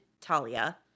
Talia